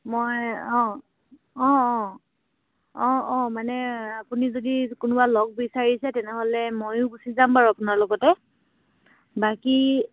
মই অঁ অঁ অঁ অঁ অঁ মানে আপুনি যদি কোনোবা লগ বিচাৰিছে তেনেহ'লে ময়ো গুচি যাম বাৰু আপোনাৰ লগতে বাকী